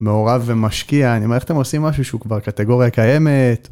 מעורב ומשקיע אני אומר איך אתם עושים משהו שהוא כבר קטגוריה קיימת.